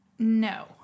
No